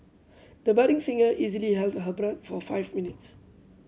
the budding singer easily held her breath for five minutes